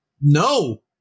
No